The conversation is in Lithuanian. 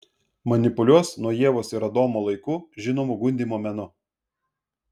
manipuliuos nuo ievos ir adomo laikų žinomu gundymo menu